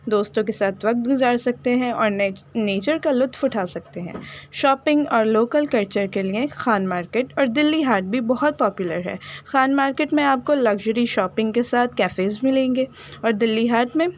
دوستوں کے ساتھ وقت گزار سکتے ہیں اور نیچر کا لطف اٹھا سکتے ہیں شاپنگ اور لوکل کلچر کے لیے خان مارکیٹ اور دلی ہاٹ بھی بہت پاپولر ہے خان مارکیٹ میں آپ کو لگزری شاپنگ کے ساتھ کیفیز ملیں گے اور دلی ہاٹ میں